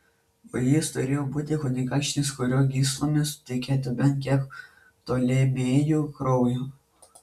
o jis turėjo būti kunigaikštis kurio gyslomis tekėtų bent kiek ptolemėjų kraujo